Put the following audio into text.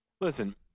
Listen